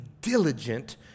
diligent